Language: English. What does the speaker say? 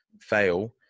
fail